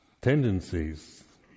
tendencies